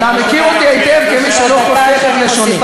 אתה מכיר אותי היטב כמי שלא חוסך את לשונו.